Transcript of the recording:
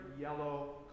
yellow